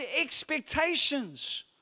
expectations